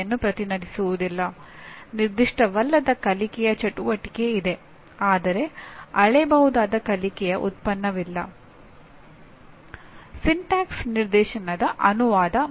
ಇದರರ್ಥ ವಿದ್ಯಾರ್ಥಿ ಹೇಳಿದ ಉದ್ದೇಶಗಳನ್ನು ಎಷ್ಟರ ಮಟ್ಟಿಗೆ ಸಾಧಿಸಿದ್ದಾನೆ ಎಂಬುದನ್ನು ನಾನು ನಿರ್ಣಯಿಸಲು ಸಾಧ್ಯವಾಗುತ್ತದೆ